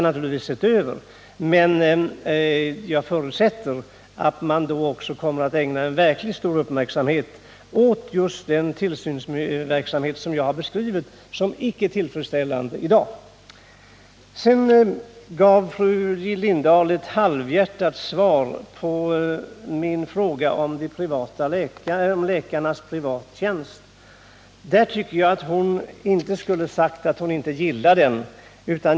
Men jag förutsätter att man då också kommer att ägna verkligt stor uppmärksamhet åt just den tillsynsverksamhet som jag har beskrivit såsom icke tillfredsställande i Sedan gav fru Lindahl ett halvhjärtat svar på min fråga om läkarnas privattjänst. Där tycker jag att fru Lindahl inte skulle ha sagt att hon inte gillar det hela.